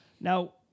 Now